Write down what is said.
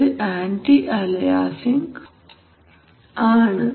ഇത് anti aliasing filter ആണ്